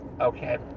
Okay